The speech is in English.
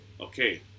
Okay